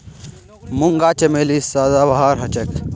मूंगा चमेली सदाबहार हछेक